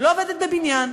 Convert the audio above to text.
אני לא עובדת בבניין,